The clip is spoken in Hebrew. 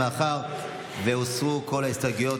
מאחר שהוסרו כל ההסתייגויות,